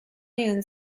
noon